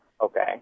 Okay